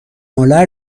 ناله